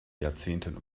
jahrzehnten